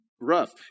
rough